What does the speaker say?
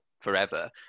forever